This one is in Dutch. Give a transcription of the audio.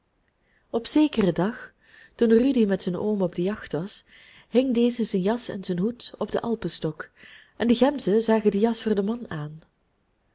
op zekeren dag toen rudy met zijn oom op de jacht was hing deze zijn jas en zijn hoed op den alpenstok en de gemzen zagen de jas voor den man aan